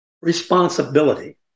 responsibility